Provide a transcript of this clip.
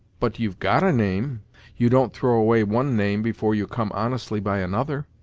but you've got a name you don't throw away one name, before you come honestly by another?